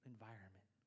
environment